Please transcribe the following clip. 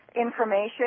information